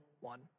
one